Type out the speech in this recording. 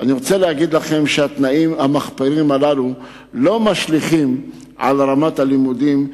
שהתנאים המחפירים הללו לא משליכים על הרמה הלימודית.